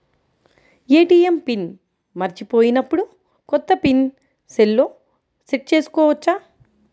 ATM pin మరచిపోయినప్పుడు, కొత్త pin సెల్లో సెట్ చేసుకోవచ్చా?